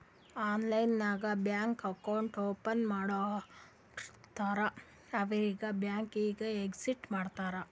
online ನಾಗ್ ಬ್ಯಾಂಕ್ದು account open ಮಾಡ್ಕೊಡ್ತಾರ್ ಅವ್ರಿಗ್ ಬ್ಯಾಂಕಿಂಗ್ ಏಜೆಂಟ್ ಅಂತಾರ್